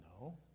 No